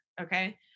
okay